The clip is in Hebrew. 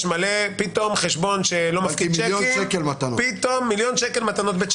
יש חשבון שלא מפקיד שיקים ופתאום מיליון שקל מתנות.